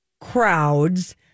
crowds